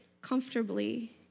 comfortably